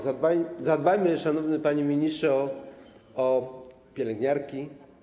Zadbajmy, szanowny panie ministrze, o pielęgniarki.